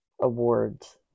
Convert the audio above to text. Awards